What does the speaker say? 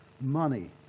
Money